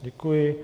Děkuji.